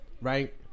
Right